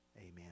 Amen